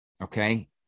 Okay